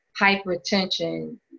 hypertension